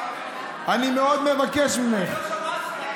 אני מאוד מבקש מחברת הכנסת אימאן,